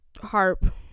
harp